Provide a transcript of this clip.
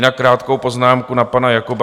Jinak krátkou poznámku na pana Jakoba.